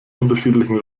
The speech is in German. unterschiedlichen